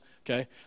Okay